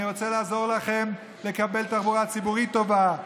אני רוצה לעזור לכם לקבל תחבורה ציבורית טובה,